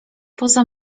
poza